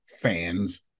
fans